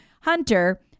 Hunter